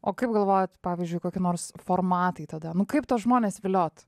o kaip galvojat pavyzdžiui kokie nors formatai tada nu kaip tuos žmones viliot